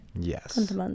Yes